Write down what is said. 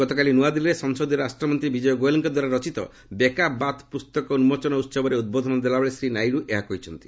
ଗତକାଲି ନୂଆଦିଲ୍ଲୀରେ ସଂସଦୀୟ ରାଷ୍ଟ୍ରୀୟ ମନ୍ତ୍ରୀ ବିଜୟ ଗୋଏଲଙ୍କ ଦ୍ୱାରା ରଚିତ 'ବେବାକ୍ ବାତ୍' ପୁସ୍ତକ ଉନ୍କୋଚନ ଉହବରେ ଉଦ୍ବୋଧନ ଦେଲାବେଳେ ଶ୍ରୀ ନାଇଡୁ ଏହା କହିଛନ୍ତି